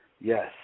Yes